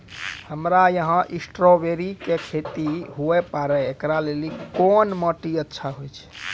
हमरा यहाँ स्ट्राबेरी के खेती हुए पारे, इकरा लेली कोन माटी अच्छा होय छै?